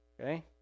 Okay